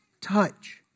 touch